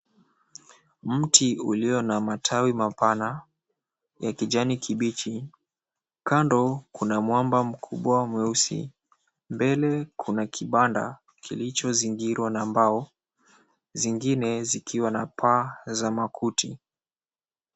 Mti ulio na matawi mapana ya kijani kibichi. Kando kuna mwamba mkubwa mweusi, mbele kuna kibanda kilichozingirwa na mbao zingine zikiwa na paa za makuti.